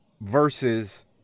versus